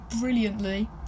brilliantly